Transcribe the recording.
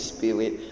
Spirit